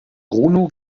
bruno